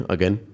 Again